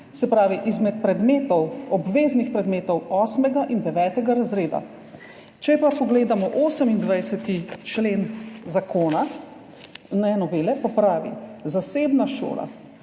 se pravi izmed predmetov, obveznih predmetov osmega in devetega razreda. Če pa pogledamo 28. člen novele zakona, pa pravi, zasebna